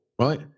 right